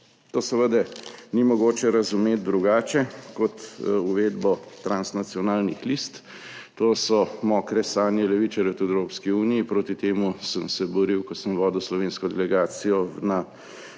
To seveda ni mogoče razumeti drugače kot uvedbo transnacionalnih list. To so mokre sanje levičarjev tudi v Evropski uniji. Proti temu sem se boril, ko sem vodil slovensko delegacijo na